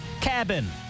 cabin